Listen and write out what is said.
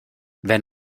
wenn